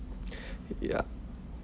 ya